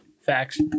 Facts